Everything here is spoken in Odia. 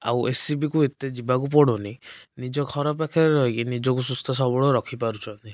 ଆଉ ଏସ୍ସିବିକୁ ଏତେ ଯିବାକୁ ପଡ଼ୁନି ନିଜ ଘର ପାଖରେ ରହିକି ନିଜକୁ ସୁସ୍ଥ ସବଳ ରଖିପାରୁଛନ୍ତି